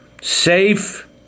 safe